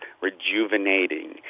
rejuvenating